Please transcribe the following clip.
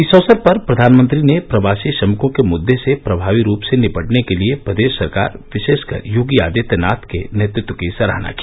इस अवसर पर प्रधानमंत्री ने प्रवासी श्रमिकों के मुद्दे से प्रभावी रूप से निपटने के लिए प्रदेश सरकार विशेषकर योगी आदित्यनाथ के नेतृत्व की सराहना की